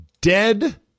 dead